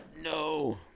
no